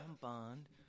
bond